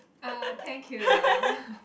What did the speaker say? uh thank you ah